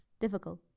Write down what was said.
difficult